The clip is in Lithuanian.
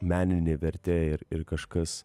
meninė vertė ir ir kažkas